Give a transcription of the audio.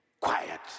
quiet